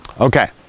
Okay